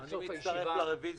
עד סוף הישיבה --- אני מצטרף לרביזיה,